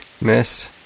miss